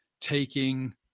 taking